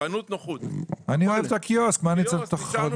אני תמיד מזכיר לך,